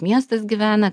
miestas gyvena